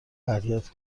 حرکت